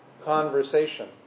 conversation